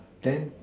then